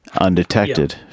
Undetected